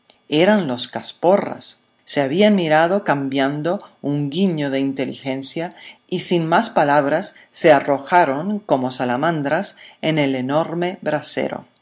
eran los casporras se habían mirado cambiando un guiño de inteligencia y sin más palabras se arrojaron como salamandras en el enorme brasero